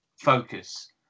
focus